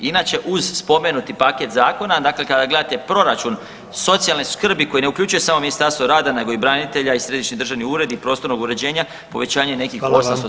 Inače uz spomenuti paket zakona dakle kada gledate proračun socijalne skrbi koji ne uključuje samo Ministarstvo rada, nego i branitelja, i središnji državni ured i prostornog uređenja povećanje nekih 836 milijuna kuna.